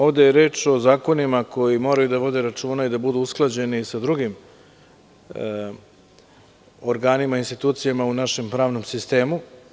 Ovde je reč o zakonima koji moraju da vode računa i da budu usklađeni sa drugim organima i institucijama u našem pravnom sistemu.